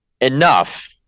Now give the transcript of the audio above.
Enough